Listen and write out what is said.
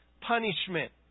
punishment